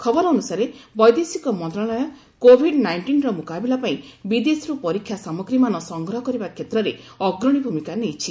ଖବର ଅନୁସାରେ ବୈଦେଶିକ ମନ୍ତ୍ରଣାଳୟ କୋଭିଡ୍ ନାଇଷ୍ଟିନ୍ର ମୁକାବିଲାପାଇଁ ବିଦେଶରୁ ପରୀକ୍ଷା ସାମଗ୍ରୀମାନ ସଂଗ୍ରହ କରିବା କ୍ଷେତ୍ରରେ ଅଗ୍ରଣୀ ଭୂମିକା ନେଇଛି